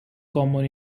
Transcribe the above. common